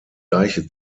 deiche